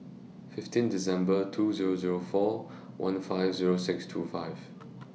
fifteen December two Zero Zero four one five Zero six two five